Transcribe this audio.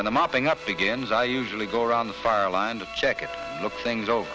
the mopping up begins i usually go around the fire line to check and look things